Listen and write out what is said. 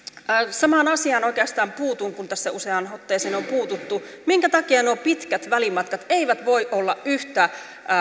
samaan asiaan oikeastaan puutun kuin tässä useaan otteeseen on puututtu minkä takia nuo pitkät välimatkat eivät voi olla yhtä